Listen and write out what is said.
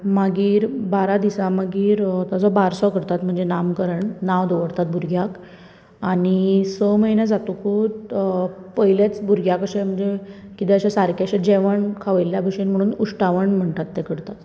मागीर बारा दिसा मागीर ताजो बारसो करतात म्हणजे नाम करण नांव दवरतात भुरग्याक आनी स म्हयने जातकूच पयल्याच भुरग्याक अशें म्हणजे कितें अशें सारके अशें जेवण खावयल्ल्या भशेन म्हणून उश्टावण म्हणटात ते करतात